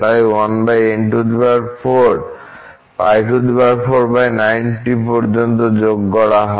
তাই 1n4 π490 পর্যন্ত যোগ করা হয়